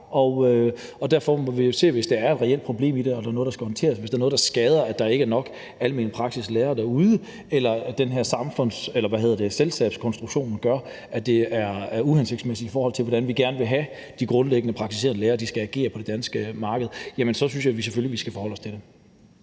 så se på, om der, hvis der er et reelt problem i det, er noget, der skal håndteres. Hvis der er noget, der skader, at der ikke er nok alment praktiserende læger derude, eller hvis den her selskabskonstruktion gør, at det er uhensigtsmæssigt, i forhold til hvordan vi grundlæggende gerne vil have, at de alment praktiserende læger skal agere på det danske marked, jamen så synes jeg selvfølgelig, at vi skal forholde os til det.